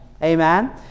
Amen